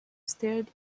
stared